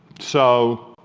so